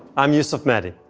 i'm yusuf mehdi.